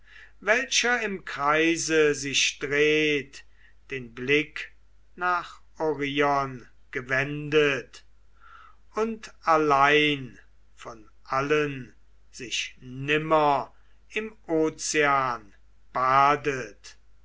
welcher im kreise sich dreht den blick nach orion gewendet und allein von allen sich nimmer im ozean badet